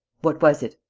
what was it?